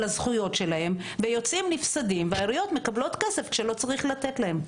הזכויות שלהם ויוצאים נפסדים והעיריות מקבלות כסף כשלא צריך לתת להן.